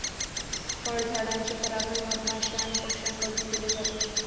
फळझाडांचे परागण मधमाश्या आणि पक्ष्यांकडून केले जाते